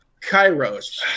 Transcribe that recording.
Kairos